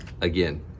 Again